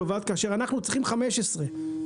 וואט כאשר אנחנו צריכים 15 קילו וואט.